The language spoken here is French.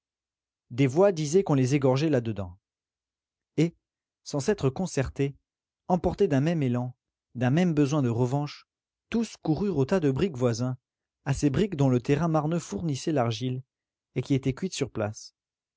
des voix disaient qu'on les égorgeait là-dedans et sans s'être concertés emportés d'un même élan d'un même besoin de revanche tous coururent aux tas de briques voisins à ces briques dont le terrain marneux fournissait l'argile et qui étaient cuites sur place